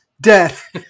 Death